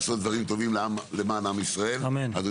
וטוב שיש ותיקים שמסבירים לצעירים אני